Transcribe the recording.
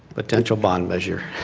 potential bond measure.